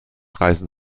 reisen